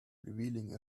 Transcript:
revealing